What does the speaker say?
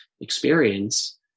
experience